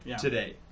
today